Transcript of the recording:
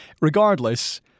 Regardless